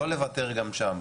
לא לוותר גם שם.